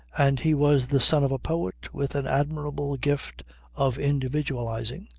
and he was the son of a poet with an admirable gift of individualising,